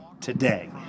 today